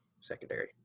secondary